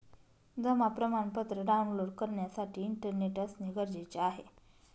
जमा प्रमाणपत्र डाऊनलोड करण्यासाठी इंटरनेट असणे गरजेचे आहे